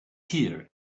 here